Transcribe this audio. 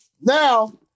now